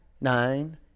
nine